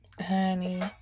honey